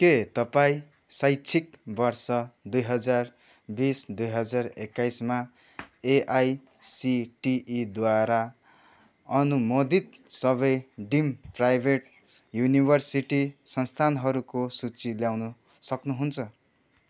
के तपाईँँ शैक्षिक वर्ष दुई हजार बिस दुई हजार एक्काइसमा एआइसिटिइद्वारा अनुमोदित सबै डिम्ड प्राइभेट युनिवर्सिटी संस्थानहरूको सूची ल्याउन सक्नुहुन्छ